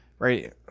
Right